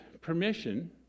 permission